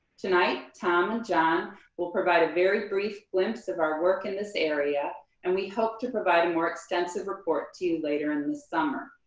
tonight, tom and john will provide a very brief glimpse of our work in this area and we hope to provide a more extensive report too later in the summer.